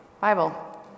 Bible